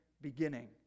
beginning